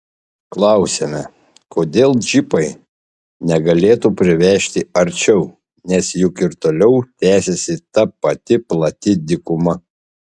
klausiame kodėl džipai negalėtų privežti arčiau nes juk ir toliau tęsiasi ta pati plati dykuma